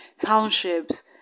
townships